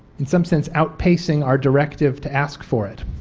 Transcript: in some sense outpacing our directive to ask for it.